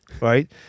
right